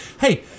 hey